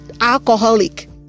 alcoholic